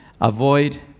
Avoid